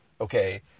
okay